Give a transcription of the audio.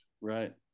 right